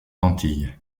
antilles